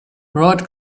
road